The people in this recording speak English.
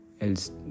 else